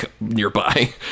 nearby